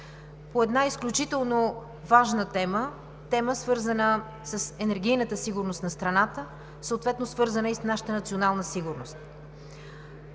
по една изключително важна тема – темата, свързана с енергийната сигурност на страната, съответно, свързана и с нашата национална сигурност.